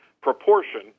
proportion